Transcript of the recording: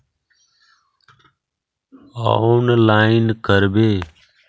Online करवे?